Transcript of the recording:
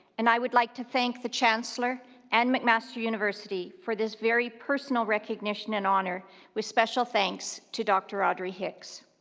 and i would like to thank the chancellor and mcmaster university for this very personal recognition and honour with special thanks to dr. audrey hicks.